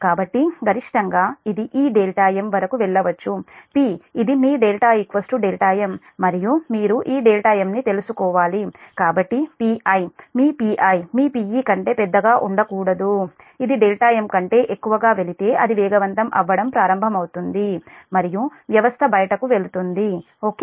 కాబట్టి గరిష్టంగా ఇది ఈ m వరకు వెళ్ళవచ్చు P ఇది మీ δ m మరియు మీరు ఈ m ని తెలుసుకోవాలి కాబట్టి Pi మీ Pi మీ Pe కంటే పెద్దగా ఉండకూడదు అది m కంటే ఎక్కువ వెళితే అది వేగవంతం అవ్వడం ప్రారంభమవుతుంది మరియు వ్యవస్థ బయటకు వెళ్తుంది ఓకే